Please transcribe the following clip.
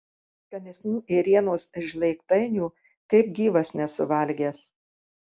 skanesnių ėrienos žlėgtainių kaip gyvas nesu valgęs